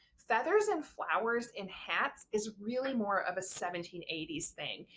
feathers and flowers in hats is really more of a seventeen eighty s thing.